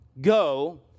Go